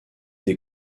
des